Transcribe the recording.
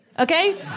Okay